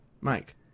Mike